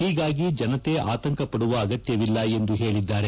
ಹೀಗಾಗಿ ಜನತೆ ಆತಂಕಪಡುವ ಆಗತ್ಯವಿಲ್ಲ ಎಂದು ಹೇಳಿದ್ದಾರೆ